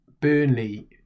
Burnley